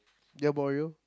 did I bore you